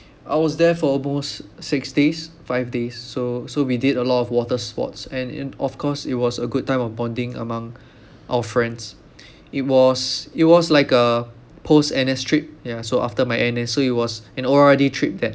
I was there for almost six days five days so so we did a lot of water sports and and of course it was a good time of bonding among our friends it was it was like a post N_S trip ya so after my N_S so it was an ordinary trip that